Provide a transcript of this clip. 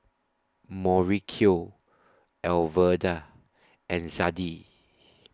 Mauricio Alverda and Zadie